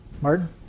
Martin